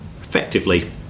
effectively